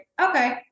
Okay